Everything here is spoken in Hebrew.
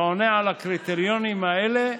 שעונה על הקריטריונים האלה,